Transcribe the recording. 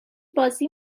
بازی